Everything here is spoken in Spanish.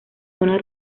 zona